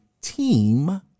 team